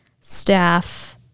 staff